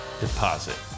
deposit